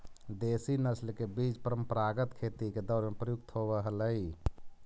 देशी नस्ल के बीज परम्परागत खेती के दौर में प्रयुक्त होवऽ हलई